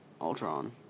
Ultron